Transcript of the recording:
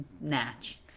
Natch